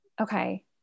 Okay